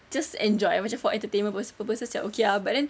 just enjoy macam for entertainment purs~purposes macam okay ah but then